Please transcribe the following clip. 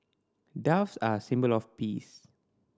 doves are a symbol of peace